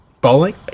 Bowling